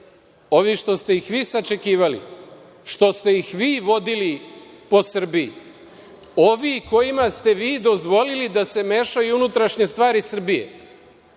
Ovi što ste ih vi sačekivali, što ste ih vi vodili po Srbiji, ovi kojima ste vi dozvolili da se mešaju u unutrašnje stvari Srbije?